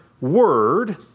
word